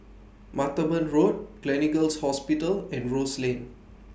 Martaban Road Gleneagles Hospital and Rose Lane